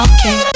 Okay